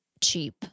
cheap